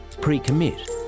pre-commit